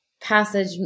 passage